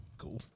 cool